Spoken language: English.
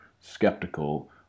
skeptical